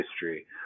history